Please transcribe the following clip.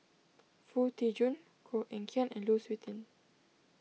Foo Tee Jun Koh Eng Kian and Lu Suitin